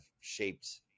shaped